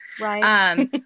Right